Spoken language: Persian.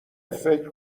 فکر